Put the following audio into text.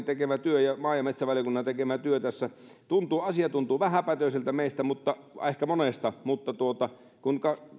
tekemä työ ja maa ja metsätalousvaliokunnan tekemä työ ja asia tuntuu vähäpätöiseltä ehkä monesta meistä mutta kun